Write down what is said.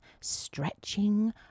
stretching